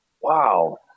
Wow